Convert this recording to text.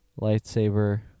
lightsaber